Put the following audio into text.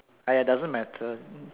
!aiya! doesn't matter